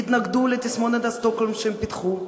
יתנגדו לתסמונת שטוקהולם שהם פיתחו,